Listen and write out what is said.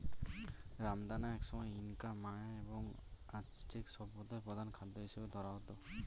রামদানা একসময় Inca, Maya এবং অ্যাজটেক সভ্যতায় প্রধান খাদ্য হিসাবে ধরা হত